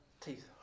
teeth